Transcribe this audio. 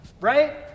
right